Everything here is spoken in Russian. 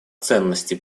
ценности